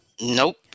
nope